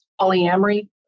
polyamory